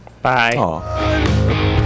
Bye